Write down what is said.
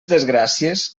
desgràcies